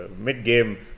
mid-game